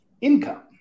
income